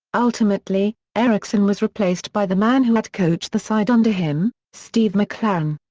ultimately, eriksson was replaced by the man who had coached the side under him, steve mcclaren.